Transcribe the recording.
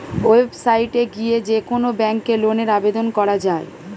website এ গিয়ে যে কোন ব্যাংকে লোনের আবেদন করা যায়